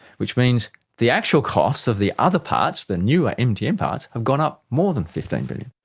which means the actual costs of the other parts, the newer mtm parts, have gone up more than fifteen billion